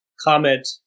comment